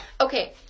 Okay